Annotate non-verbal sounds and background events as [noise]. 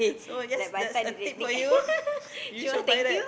so yes that's a tip for you [laughs] you should buy that